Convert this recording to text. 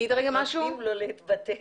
יש לנו פה תקלה.